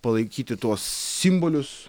palaikyti tuos simbolius